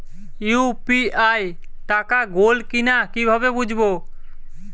UPI টাকা গোল কিনা কিভাবে বুঝব?